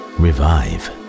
revive